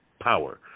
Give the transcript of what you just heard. power